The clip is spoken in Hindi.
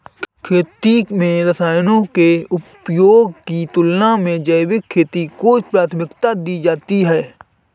खेती में रसायनों के उपयोग की तुलना में जैविक खेती को प्राथमिकता दी जाती है